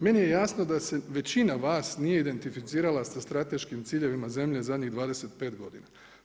Meni je jasno da se većina vas nije identificirala sa strateškim ciljevima zemlje zadnjih 25 godina.